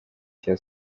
cya